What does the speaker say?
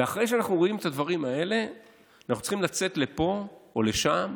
ואחרי שאנחנו רואים את הדברים האלה אנחנו צריכים לצאת לפה או לשם,